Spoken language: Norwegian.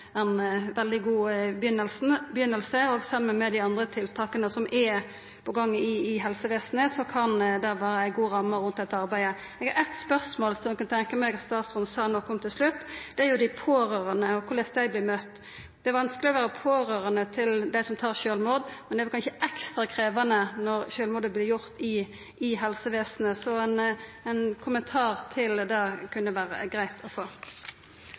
ein veldig god start, og saman med dei andre tiltaka som er på gang i helsevesenet, kan det vera ei god ramme rundt dette arbeidet. Eg har eitt spørsmål som eg kunne tenkja meg at statsråden sa noko om til slutt. Det gjeld dei pårørande og korleis dei vert møtte. Det er vanskeleg å vera pårørande til dei som gjer sjølvmord, men det er vel kanskje ekstra krevjande når sjølvmordet vert gjort i helsevesenet. Ein kommentar til det kunna det vera greitt å få.